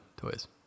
toys